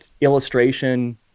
illustration